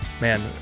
man